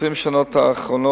ב-20 השנים האחרונות